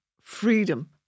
freedom